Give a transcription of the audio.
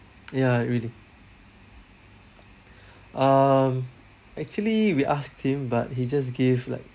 ya really um actually we asked him but he just gave like